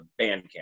Bandcamp